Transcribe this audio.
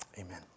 Amen